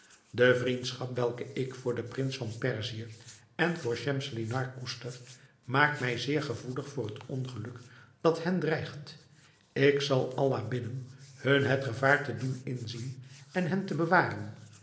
de vriendschap welke ik voor den prins van perzië en voor schemselnihar koester maakt mij zeer gevoelig voor het ongeluk dat hen dreigt ik zal allah bidden hun het gevaar te doen inzien en hen te bewaren